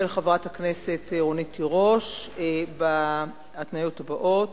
של חברת הכנסת רונית תירוש, בהתניות הבאות: